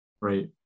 Right